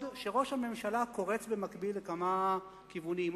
שראש הממשלה קורץ במקביל לכמה כיוונים.